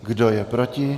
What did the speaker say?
Kdo je proti?